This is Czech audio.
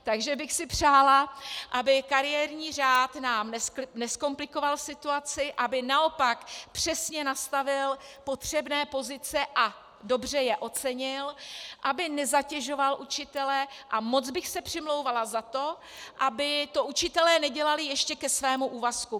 Takže bych si přála, aby kariérní řád nám nezkomplikoval situaci, aby naopak přesně nastavil potřebné pozice a dobře je ocenil, aby nezatěžoval učitele, a moc bych se přimlouvala za to, aby to učitelé nedělali ještě ke svému úvazku.